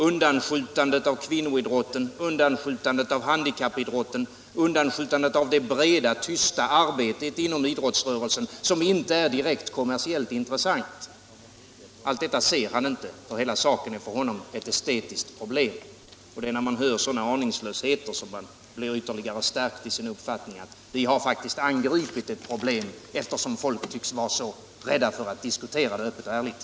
Undanskjutandet av kvinnoidrotten, undanskjutandet av handikappidrotten, undanskjutandet av det breda tysta arbetet inom idrottsrörelsen — sådant som inte är direkt kommersiellt intressant — allt detta ser han inte, för hela saken är för honom ett estetiskt problem. När man hör sådana aningslösheter, blir man ytterligare förstärkt i uppfattningen att vi faktiskt har angripit ett problem, eftersom folk tycks vara så rädda för att diskutera det här öppet och ärligt.